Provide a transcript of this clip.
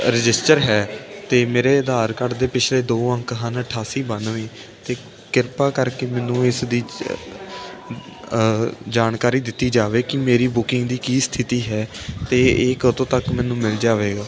register ਹੈ ਅਤੇ ਮੇਰੇ ਆਧਾਰ ਕਾਰਡ ਦੇ ਪਿਛਲੇ ਦੋ ਅੰਕ ਹਨ ਅਠਾਸੀ ਬਾਨਵੇਂ ਅਤੇ ਕਿਰਪਾ ਕਰਕੇ ਮੈਨੂੰ ਇਸ ਦੀ ਜਾਣਕਾਰੀ ਦਿੱਤੀ ਜਾਵੇ ਕਿ ਮੇਰੀ ਬੁਕਿੰਗ ਦੀ ਕੀ ਸਥਿਤੀ ਹੈ ਅਤੇ ਇਹ ਕਦੋਂ ਤੱਕ ਮੈਨੂੰ ਮਿਲ ਜਾਵੇਗਾ